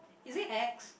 is it X